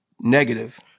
negative